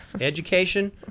education